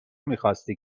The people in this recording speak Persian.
میخاستی